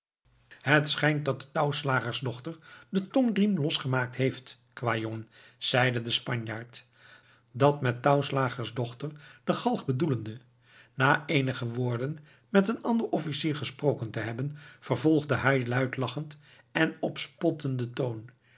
het schijnt dat de touwslagers dochter den tongriem losgemaakt heeft kwâjongen zeide de spanjaard met dat touwslagers dochter de galg bedoelende na eenige woorden met een ander officier gesproken te hebben vervolgde hij luid lachend en op spottenden toon